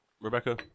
Rebecca